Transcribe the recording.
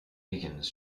higgins